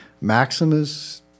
Maximus